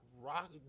rock